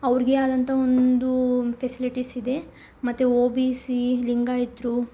ಅವ್ರಿಗೇ ಆದಂಥ ಒಂದು ಫೆಸಿಲಿಟೀಸ್ ಇದೆ ಮತ್ತು ಓ ಬಿ ಸಿ ಲಿಂಗಾಯತ್ರು